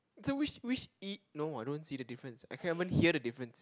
so which which i~ no I don't see the difference I can't even hear the difference